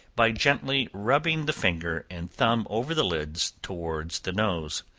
by gently rubbing the finger and thumb over the lids towards the nose.